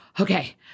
okay